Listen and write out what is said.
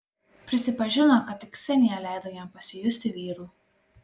prisipažino kad tik ksenija leido jam pasijusti vyru